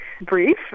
brief